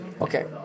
Okay